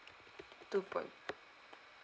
two point